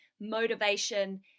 motivation